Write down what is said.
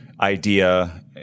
idea